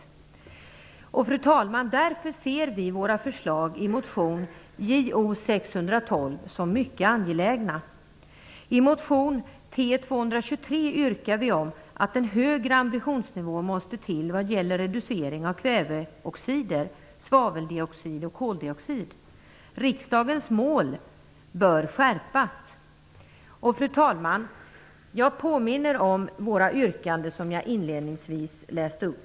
Därför, fru talman, ser vi våra förslag i motion Jo612 som mycket angelägna. I motion T223 yrkar vi att en högre ambitionsnivå måste till vad gäller reducering av kväveoxider, svaveldioxid och koldioxid. Riksdagens mål bör skärpas. Fru talman! Jag påminner om våra yrkanden, som jag inledningsvis läste upp.